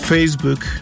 Facebook